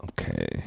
Okay